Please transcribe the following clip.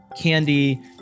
candy